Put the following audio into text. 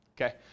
Okay